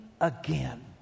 again